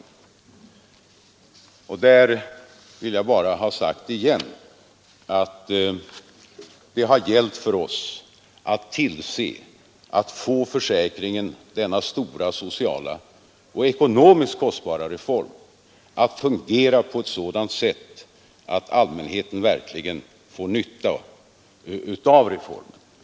Jag vill bara återigen säga att det har gällt för oss att se till att få försäkringen — denna stora sociala och ekonomiskt kostbara reform — att fungera på ett sådant sätt att allmänheten verkligen får nytta av reformen.